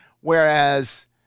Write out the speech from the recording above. whereas –